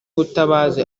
ubutabazi